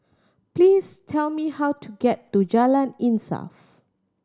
please tell me how to get to Jalan Insaf